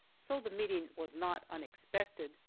so the meeting was not unexpected.